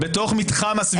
רק הם במתחם הסבירות.